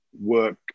work